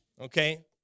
okay